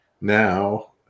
now